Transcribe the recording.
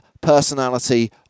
Personality